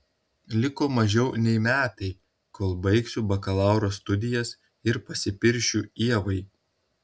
liko mažiau nei metai kol baigsiu bakalauro studijas ir pasipiršiu ievai